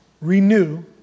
renew